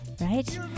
right